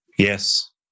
Yes